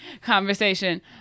conversation